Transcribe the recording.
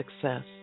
success